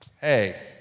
Hey